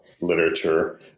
literature